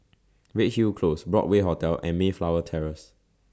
Redhill Close Broadway Hotel and Mayflower Terrace